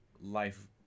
life